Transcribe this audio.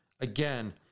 again